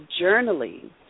journaling